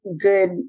good